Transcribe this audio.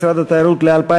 משרד התיירות (שכר,